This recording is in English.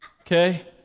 okay